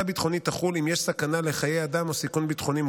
הכרזה ביטחונית תחול אם יש סכנה לחיי אדם או סיכון ביטחוני מוגבר,